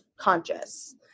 conscious